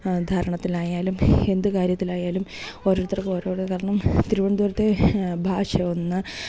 ധാരണത്തിലായാലും എന്ത് കാര്യത്തിലായാലും ഓരോരുത്തർക്കും ഓരോരോ കാരണം തിരുവനന്തപുരത്തെ ഭാഷ ഒന്ന്